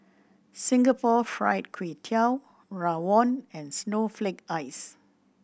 Singapore Fried Kway Tiao rawon and snowflake ice